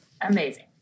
Amazing